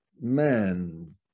man